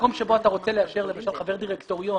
מקם שבו אתה רוצה לאשר למשל חבר דירקטוריון